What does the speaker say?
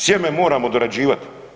Sjeme moramo dorađivati.